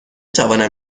توانم